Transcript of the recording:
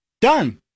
Done